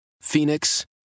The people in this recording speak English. Phoenix